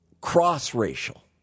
Cross-racial